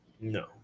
No